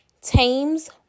tames